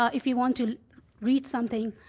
um if you want to read something,